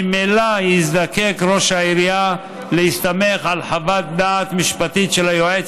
ממילא יזדקק ראש העירייה להסתמך על חוות דעת משפטית של היועץ